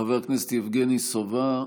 חבר כנסת יבגני סובה,